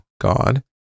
God